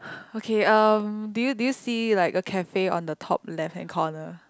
okay um do you do you see like a cafe on the top left hand corner